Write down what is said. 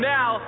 Now